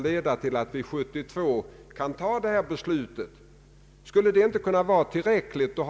Herr Bohman sade något om att det ibland förekommer överdrifter.